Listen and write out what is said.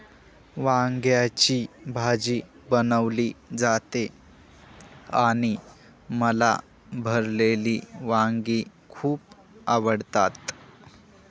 वांग्याची भाजी बनवली जाते आणि मला भरलेली वांगी खूप आवडतात